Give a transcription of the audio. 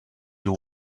you